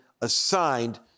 assigned